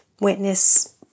witness